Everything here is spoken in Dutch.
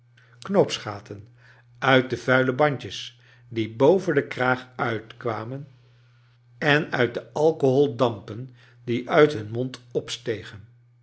knoopsgaten uit de vuile bandjes die boven den kraag uitkwamen en uit de alcoholdampen die uit hun mond opstegen